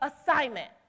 assignment